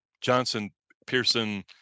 Johnson-Pearson